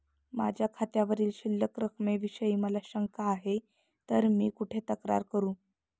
माझ्या खात्यावरील शिल्लक रकमेविषयी मला शंका आहे तर मी कुठे तक्रार करू?